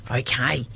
okay